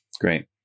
Great